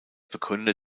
begründer